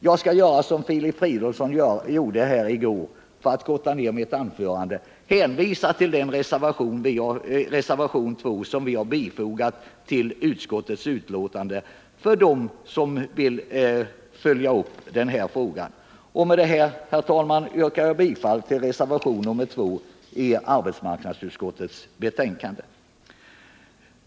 Jag skall göra som Filip Fridolfsson gjorde i går för att korta ned mitt anförande, hänvisa dem som vill följa upp frågan till den reservation, med nr 2, som vi fogat till utskottsbetänkandet. Med detta, herr talman, yrkar jag bifall till reservationen 2 till arbetsmarknadsutskottets betänkande.